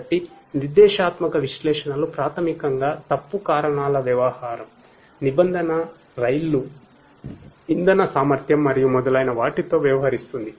కాబట్టి నిర్దేశాత్మక విశ్లేషణలు ప్రాథమికంగా తప్పు కారణాల వ్యవహారం నిబంధన రైళ్లు ఇంధన సామర్థ్యం మరియు మొదలైన వాటితో వ్యవహరిస్తుంది